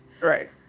Right